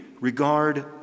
regard